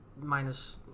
Minus